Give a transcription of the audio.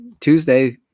Tuesday